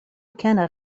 كان